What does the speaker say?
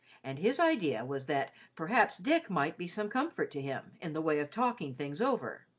and his idea was that perhaps dick might be some comfort to him in the way of talking things over.